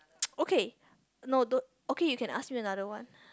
okay no don't okay you can ask me another one